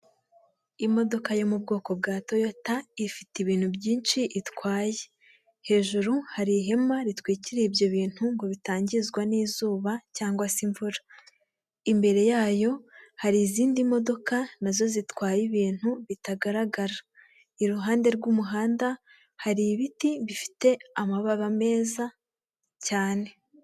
Imodoka yo mu bwoko bwa toyota ifite ibintu byinshi itwaye, hejuru hari ihema ritwikiriye ibyo bintu ngo bitangizwa n'izuba cyangwa se imvura. Imbere yayo hari izindi modoka nazo zitwaye ibintu bitagaragara, iruhande rw'umuhanda hari ibiti bifite amababa meza cyane.